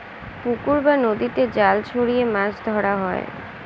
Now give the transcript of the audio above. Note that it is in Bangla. পুকুর বা নদীতে জাল ছড়িয়ে মাছ ধরা হয়